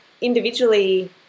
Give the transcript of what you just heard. individually